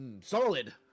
solid